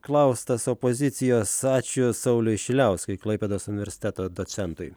klaustas opozicijos ačiū sauliui šiliauskui klaipėdos universiteto docentui